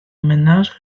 ménage